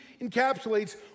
encapsulates